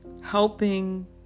helping